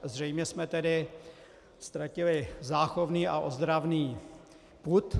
Zřejmě jsme tedy ztratili záchovný a ozdravný pud.